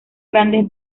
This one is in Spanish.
grandes